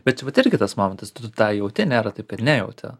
bet vat irgi tas momentas tu tą jauti nėra taip kad nejauti